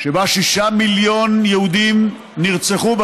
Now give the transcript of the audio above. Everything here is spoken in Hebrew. שבה שישה מיליון יהודים נרצחו,